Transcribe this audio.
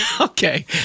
Okay